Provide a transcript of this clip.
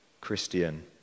Christian